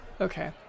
okay